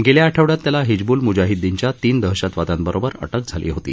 गेल्या आठवड्यात त्याला हिजबूल मूजाहिद्दीनच्या तीन दहशतवाद्यांबरोबर अटक झाली होती